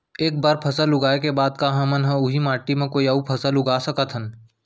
एक बार फसल उगाए के बाद का हमन ह, उही माटी मा कोई अऊ फसल उगा सकथन?